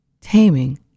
taming